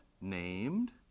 named